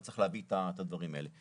וצריך להביא את הדברים האלה.